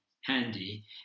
handy